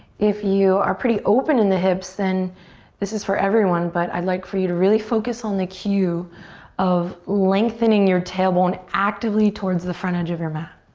if you are pretty open in the hips, then this is for everyone but i'd like for you to really focus on the cue of lengthening your tailbone actively towards the front edge of your mat.